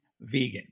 vegan